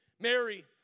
Mary